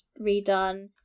redone